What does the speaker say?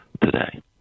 today